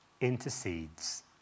intercedes